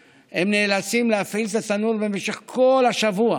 נאלצים להפעיל את התנור במשך כל השבוע.